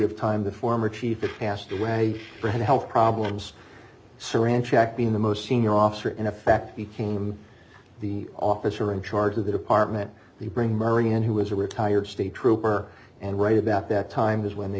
of time the former chief passed away for health problems saran check being the most senior officer in effect became the officer in charge of the department the bring marion who was a retired state trooper and right about that time is when they